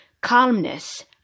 calmness